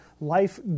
life